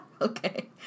Okay